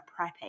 prepping